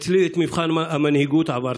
אצלי את מבחן המנהיגות עברת.